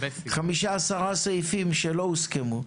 חמישה-עשרה סעיפים שלא הוסכמו,